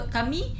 Kami